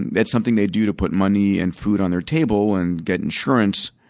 and that's something they do to put money and food on their table and get insurance.